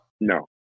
No